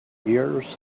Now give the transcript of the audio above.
yours